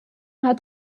hat